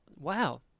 wow